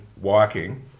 walking